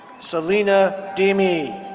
salina deemie.